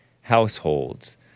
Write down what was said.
households